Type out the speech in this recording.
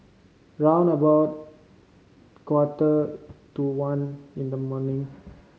round about quarter to one in the morning